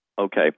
Okay